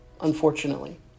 unfortunately